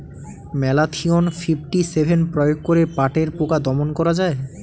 Malathion fifty seven প্রয়োগ করে পাটের পোকা দমন করা যায়?